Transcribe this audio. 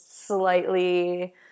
slightly